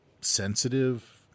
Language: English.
sensitive